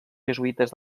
jesuïtes